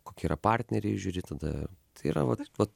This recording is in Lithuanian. kokie yra partneriai žiūri tada tai yra vat vat